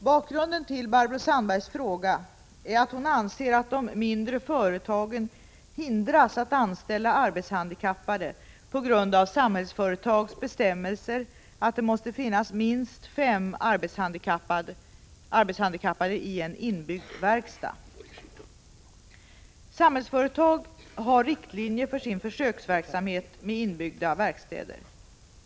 Bakgrunden till Barbro Sandbergs fråga är att hon anser att de mindre företagen hindras att anställa arbetshandikappade på grund av Samhällsföretags bestämmelser att det måste finnas minst fem arbetshandikappade i en inbyggd verkstad. Samhällsföretag har riktlinjer för sin försöksverksamhet med inbyggda verkstäder.